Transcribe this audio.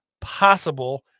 possible